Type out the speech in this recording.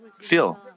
feel